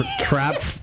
crap